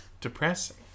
depressing